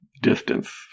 distance